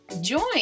join